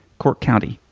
cork county,